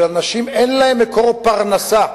כשלאנשים אין מקור פרנסה,